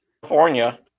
California